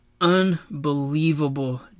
unbelievable